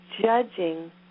judging